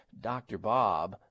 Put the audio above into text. drbob